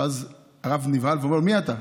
ואז הרב נבהל ואומר לו: מי אתה?